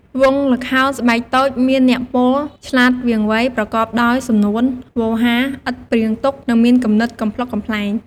វង់ល្ខោនស្បែកតូចមានអ្នកពោលឆ្លាតវាងវៃ ប្រកបដោយសំនួនវោហារឥតព្រាងទុក និងមានគំនិតកំប្លុកកំប្លែង។